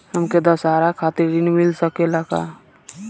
हमके दशहारा खातिर ऋण मिल सकेला का?